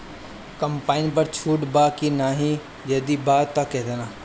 Combine पर छूट बा की नाहीं यदि बा त केतना?